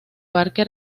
parque